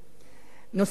נושאים נוספים